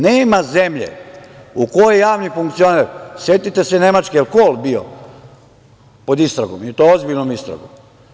Nema zemlje u kojoj javni funkcioner, setite se Nemačke, jel Kol bio pod istragom i to ozbiljnom istragom?